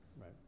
right